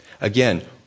Again